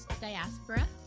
diaspora